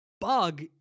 bug